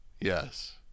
Yes